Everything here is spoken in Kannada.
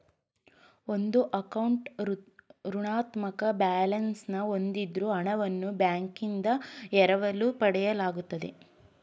ಒಂದು ಅಕೌಂಟ್ ಋಣಾತ್ಮಕ ಬ್ಯಾಲೆನ್ಸ್ ಹೂಂದಿದ್ದ್ರೆ ಹಣವನ್ನು ಬ್ಯಾಂಕ್ನಿಂದ ಎರವಲು ಪಡೆಯಲಾಗುತ್ತೆ